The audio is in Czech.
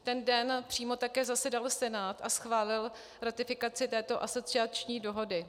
Ten den přímo také zasedal Senát a schválil ratifikaci této asociační dohody.